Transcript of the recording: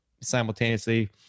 simultaneously